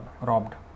robbed